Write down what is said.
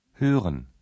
Hören